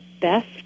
best